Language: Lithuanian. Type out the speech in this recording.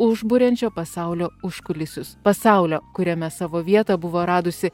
užburiančio pasaulio užkulisius pasaulio kuriame savo vietą buvo radusi